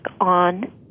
on